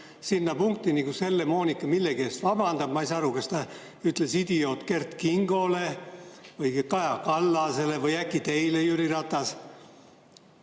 punktini, kus Helle-Moonika millegi eest vabandab. Ma ei saa aru, kas ta ütles "idioot" Kert Kingole või Kaja Kallasele või äkki teile, Jüri Ratas.